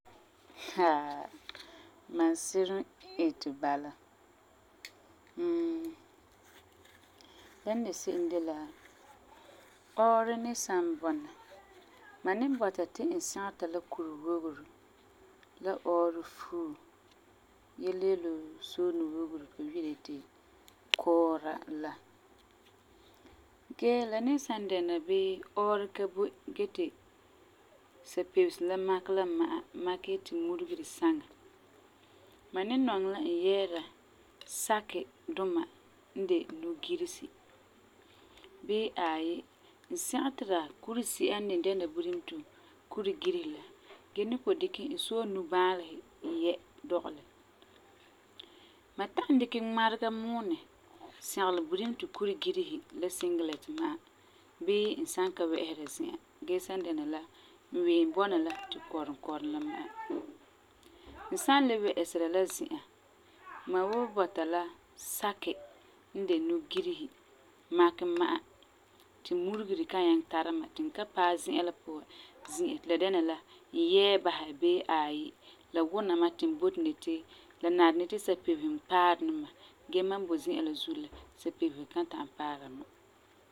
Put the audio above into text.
mam sirum iti bala. la n de se'em de la, ɔɔrɔ ni san bɔna mam ni bɔta ti n sɛgeta la kurewogero la ɔɔrɔ fuo yele yele wuu soonuwogero la ti ba wi'ira yeti kɔɔra la. Gee, la ni san dɛna bii ɔɔrɔ ka boi ge ti sapebesum la makɛ la ma'a, makɛ yeti muregere saŋa, mam ni nɔŋɛ la n yɛɛra saki duma n de nugiresi bii aai, n sɛgetera kuresi'a n de budebeto kuregirehi la gee ni ko dikɛ n soonubaalehi yɛ dɔgelɛ. Mam ta'am dikɛ ŋmarega muunɛ sɛgelɛ budibeto kuregirehi la singilɛti ma bii n san ka wɛ'ɛsera zi'an gee san dɛna la n ween bɔna la tu kɔrum kɔrum la ma'a. N san le wɛ'ɛsera la zi'an, mam wo bɔta la saki n de nugiresi makɛ ma'a ti muregire kan nyaŋɛ tara mam ti n ka paɛ zi'an la puan zi'a ti la dɛna la n yɛɛ basɛ bii aai la wuna ma ti n boti ni yeti la nari ni ti sapebehum paari ni ma gee mam boi zi'an la zuo la sapebehum kan ta'am paara mam.